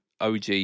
OG